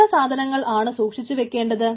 എത്ര സാധനങ്ങൾ ആണ് സൂക്ഷിച്ചു വെക്കേണ്ടത്